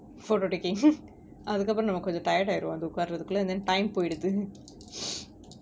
photo taking அதுக்கப்றம் நமக்கு கொஞ்ச:athukaaparam namakku konja tired ஆயிருவோம் அது உக்காறதுகுள்ள:aayiruvom athu ukkarathu kulla then time போயிடுது:poyiduthu